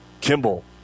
Kimball